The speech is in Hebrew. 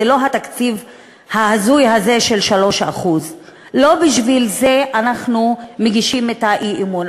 זה לא התקציב ההזוי הזה של 3%. לא בשביל זה אנחנו מגישים את האי-אמון,